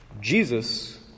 Jesus